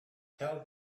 tell